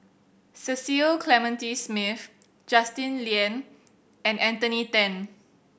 Cecil Clementi Smith Justin Lean and Anthony Then